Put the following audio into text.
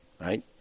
Right